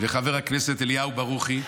וחבר הכנסת אליהו ברוכי.